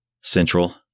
Central